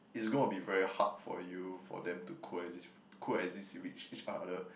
it's going to be very hard for you for them to coexist coexist with each other